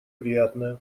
приятное